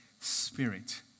Spirit